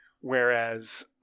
Whereas